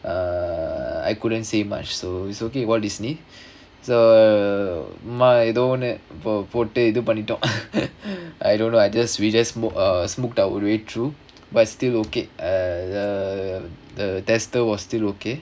uh I couldn't say much so it's okay walt disney so my ஏதோ ஒன்னு போட்டு இது பண்ணிட்டோம்:edho onnu pottu idhu pannittom I don't know I just we just smo~ uh smoked our way through but still okay ah the the tester was still okay